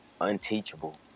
unteachable